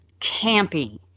campy